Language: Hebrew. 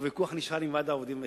הוויכוח נשאר עם ועד העובדים וההסתדרות.